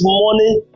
morning